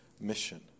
mission